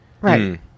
right